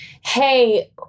hey